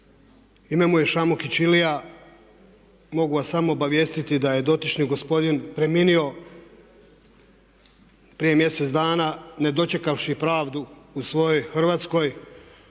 Ime mu je Šamukić Ilija. Mogu vas samo obavijestiti da je dotični gospodin preminuo prije mjesec dana ne dočekavši pravdu u svojoj Hrvatskoj,